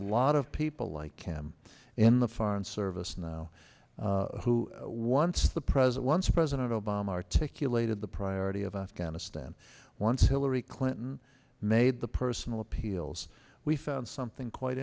lot of people like him in the foreign service now who once the present once president obama articulated the priority of afghanistan once hillary clinton made the personal appeals we found something quite